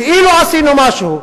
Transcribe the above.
כאילו עשינו משהו.